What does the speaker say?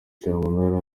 cyamunara